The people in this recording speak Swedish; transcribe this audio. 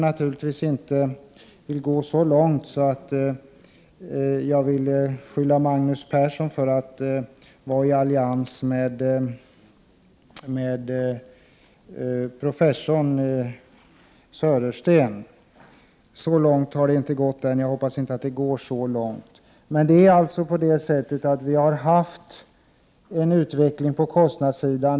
Naturligtvis vill jag inte beskylla Magnus Persson för att vara i allians med professor Södersten. Så långt har det inte gått än, och jag hoppas att det inte går så långt. Vi har alltså haft en besvärande utveckling på kostnadssidan.